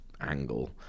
angle